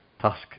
task